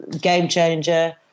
game-changer